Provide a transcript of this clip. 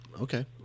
Okay